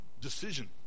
decision